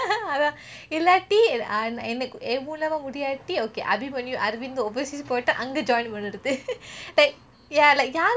அதான் இல்லாட்டி என் என் முழியுமா முடியாட்டி:athaan illathi en en mooliyamaa mudiyaati okay abimanyu aravind overseas போய்ட்டா அங்க:poitaa ange join பண்றது:panrathu like